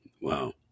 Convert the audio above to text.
Wow